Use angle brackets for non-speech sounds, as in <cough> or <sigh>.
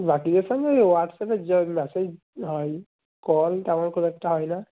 বাকিদের সঙ্গে ওই হোয়াটসঅ্যাপে <unintelligible> মেসেজ হয় কল তেমন খুব একটা হয় না